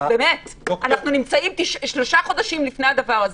אנחנו נמצאים שלושה חודשים לפני הבחירות,